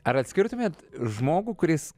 ar atskirtumėt žmogų kuris